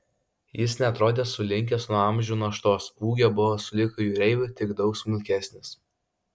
jis neatrodė sulinkęs nuo amžių naštos ūgio buvo sulig jūreiviu tik daug smulkesnis